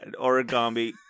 origami